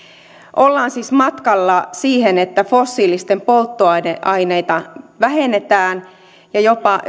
ollaan siis matkalla siihen että fossiilisia polttoaineita vähennetään ja jopa